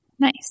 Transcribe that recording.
Nice